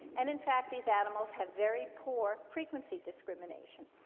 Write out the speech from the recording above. and in fact, these animals had very poor frequency discrimination.